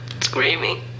screaming